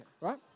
right